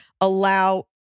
allow